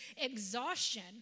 exhaustion